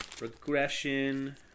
Regression